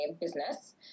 business